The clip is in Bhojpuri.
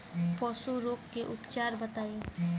पशु रोग के उपचार बताई?